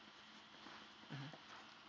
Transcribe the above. mmhmm